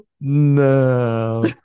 No